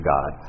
God